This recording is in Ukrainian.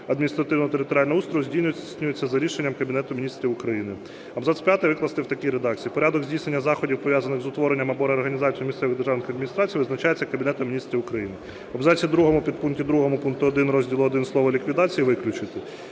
адміністративно-територіального устрою здійснюється за рішенням Кабінету Міністрів України". Абзац п'ятий викласти в такій редакції: "Порядок здійснення заходів, пов'язаних з утворенням або реорганізацією місцевих державних адміністрацій, визначається Кабінетом Міністрів України". В абзаці другому підпункті 2 пункту 1 розділу І слово "ліквідації" виключити.